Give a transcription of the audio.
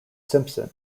simpson